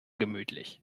gemütlich